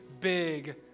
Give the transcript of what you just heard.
big